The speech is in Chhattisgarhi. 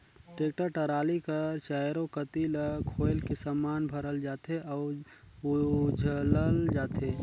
टेक्टर टराली कर चाएरो कती ल खोएल के समान भरल जाथे अउ उझलल जाथे